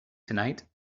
tonight